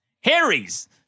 Harry's